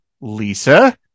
Lisa